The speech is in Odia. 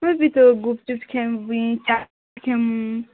ମୁଁ ବି ତ ଗୁପ୍ଚୁପ୍ ଖାଇବା ପାଇଁ ଚାଟ୍ ଖାବାଁ